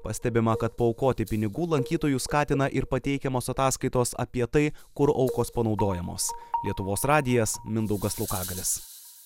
pastebima kad paaukoti pinigų lankytojus skatina ir pateikiamos ataskaitos apie tai kur aukos panaudojamos lietuvos radijas mindaugas laukagalius